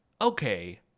okay